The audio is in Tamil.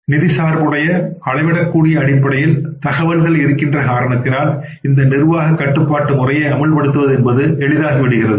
நிதி சார்புடைய அளவிடக்கூடியஅடிப்படையில் தகவல்கள் இருக்கின்ற காரணத்தினால் இந்த நிர்வாக கட்டுப்பாட்டு முறையை அமுல்படுத்துவது என்பது எளிதாகி விடுகின்றது